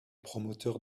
promoteurs